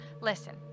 listen